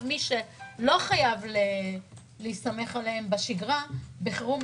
את מי שלא חייב להסתמך עליהם בשגרה להגיש את זה בחירום,